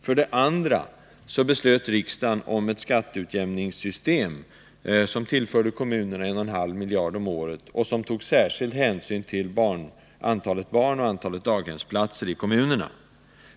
För det andra beslöt riksdagen om ett skatteutjämningssystem som tillförde kommunerna 1,5 miljarder om året och som tog särskild hänsyn till antalet barn och antalet daghemsplatser i kommunerna.